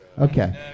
okay